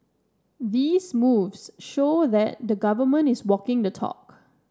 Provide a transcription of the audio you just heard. these moves show that the Government is walking the talk